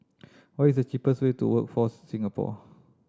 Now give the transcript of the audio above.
what is the cheapest way to Workforce Singapore